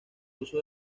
uso